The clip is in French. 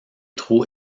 trop